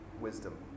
wisdom